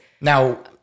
Now